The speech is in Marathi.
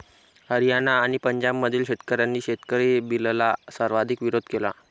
हरियाणा आणि पंजाबमधील शेतकऱ्यांनी शेतकरी बिलला सर्वाधिक विरोध केला